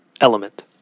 element